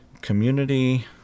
community